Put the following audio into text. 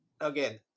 Again